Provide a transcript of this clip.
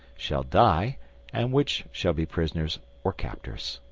shall die and which shall be prisoners or captors.